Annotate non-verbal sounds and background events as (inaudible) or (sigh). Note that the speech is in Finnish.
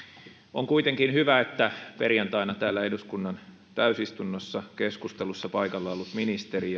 on kuitenkin hyvä että perjantaina täällä eduskunnan täysistunnossa keskustelussa paikalla ollut ministeri (unintelligible)